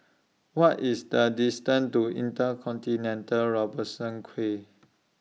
What IS The distance to InterContinental Robertson Quay